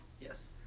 yes